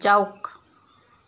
যাওক